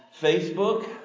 Facebook